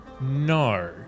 No